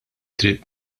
triq